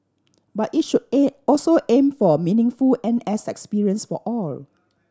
but it should an also aim for a meaningful N S experience for all